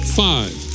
five